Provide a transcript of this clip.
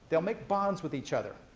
so make bonds with each other.